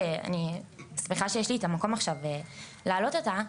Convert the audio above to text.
שאני שמחה שיש לי את המקום עכשיו להעלות אותה,